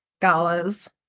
galas